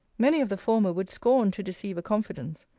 many of the former would scorn to deceive a confidence.